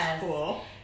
cool